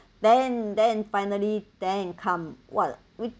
then then finally then it come !wah! we